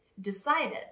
decided